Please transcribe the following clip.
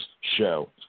show